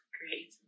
great